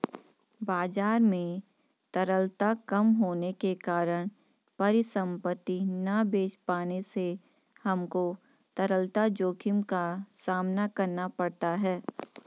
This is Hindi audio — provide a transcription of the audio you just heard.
बाजार में तरलता कम होने के कारण परिसंपत्ति ना बेच पाने से हमको तरलता जोखिम का सामना करना पड़ता है